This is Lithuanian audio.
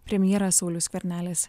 premjeras saulius skvernelis